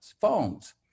phones